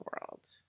world